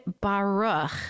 Baruch